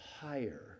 higher